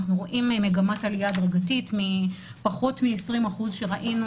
אנחנו רואים מגמת עלייה הדרגתית מפחות מ-20% שראינו